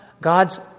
God's